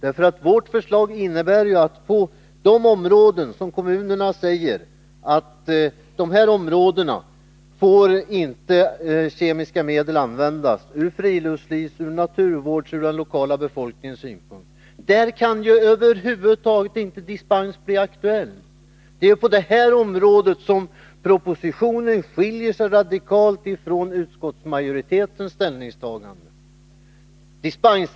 Nr 48 Vårt förslag innebär ju att när kommunerna säger att i de här områdena får Torsdagen den kemiska medel inte användas — med hänsyn till friluftslivet, till naturvården 10 december 1981 och till den lokala befolkningens synpunkter — kan över huvud taget inte dispens bli aktuell. Det är på den punkten som propositionen skiljer sig Lag om spridning radikalt från utskottsmajoritetens ställningstagande.